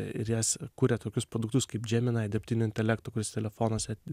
ir jas kuria tokius produktus kaip gemini dirbtinio intelekto kuris telefonuose